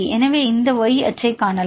எனவே இப்போது இந்த y அச்சைக் காணலாம்